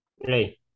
Hey